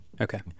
Okay